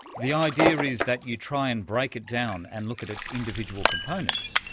the idea is that you try and break it down and look at its individual components,